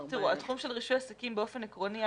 התחום של רישוי עסקים באופן עקרוני,